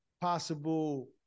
possible